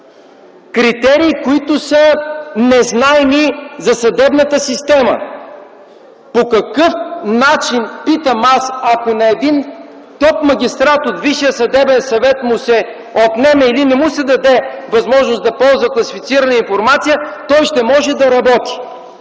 критерии, които са незнайни за съдебната система? По какъв начин, питам аз, ако на един топ магистрат от Висшия съдебен съвет му се отнеме или не му се даде възможност да ползва класифицирана информация, той ще може да работи?